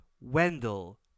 Wendell